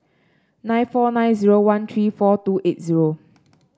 nine four nine zero one three four two eight zero